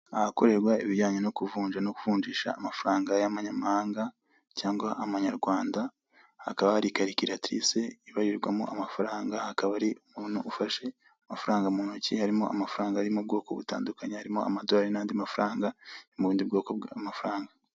Ahakorerwa ibijyanye no kuvunja no kuvunjisha amafaranga y'amanyamahanga cyangwa amanyarwanda, hakaba hari karikiratirise ibarirwamo amafaranga, hakaba hari umuntu ufashe amafaranga mu ntoki, harimo amafaranga ari mu bwoko butandukanye harimo amadolari n'andi mafaranga, ari mu bundi bwoko bw'amafaranga.